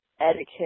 etiquette